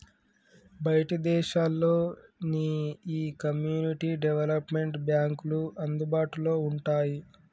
బయటి దేశాల్లో నీ ఈ కమ్యూనిటీ డెవలప్మెంట్ బాంక్లు అందుబాటులో వుంటాయి